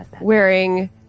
wearing